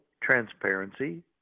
transparency